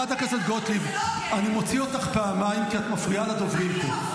זה לא הוגן.